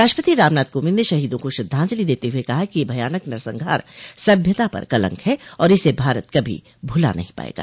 राष्ट्रपति रामनाथ कोविंद ने शहीदों को श्रद्धांजलि देते हुए कहा कि यह भयानक नरसंहार सभ्यता पर कलंक है और इसे भारत कभी भुला नहीं पाएगा